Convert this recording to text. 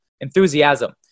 enthusiasm